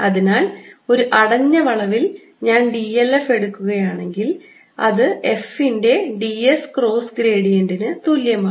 അതിനാൽ ഒരു അടഞ്ഞ വളവിൽ ഞാൻ d l f എടുക്കുകയാണെങ്കിൽ അത് f ന്റെ d s ക്രോസ് ഗ്രേഡിയന്റിന് തുല്യമാണ്